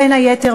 בין היתר,